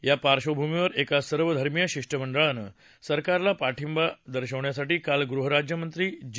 या पार्श्वभूमीवर एका सर्वधर्मिय शिष्टमंडळानं सरकारला पाठिंबा दर्शवण्यासाठी काल गृहराज्यमंत्री जी